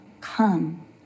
come